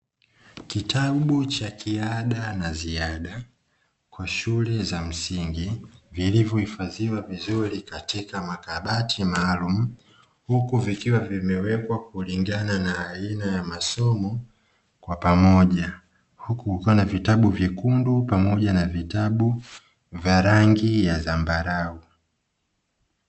Kitabu cha kiada na ziada kwa shule za msingi vilivyohifadhiwa vizuri katika makabati maalumu, huku vikiwa vimewekwa kulingana na aina ya masomo kwa pamoja huku kukiwa na na vitabu vyekundu pamoja vitabu vya rangi ya zambarau.